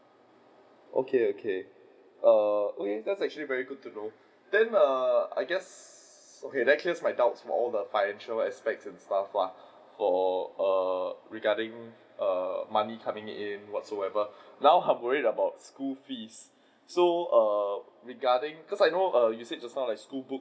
okay okay err okay that's actually very good you know then err I guess s~ so okay in that case my doubts of all the financial aspects and stuff lah or err regarding err money coming in whatsoever now I'm worried about school fees so err regarding because I know just now you say like school books